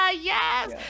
Yes